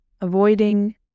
avoiding